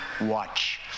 Watch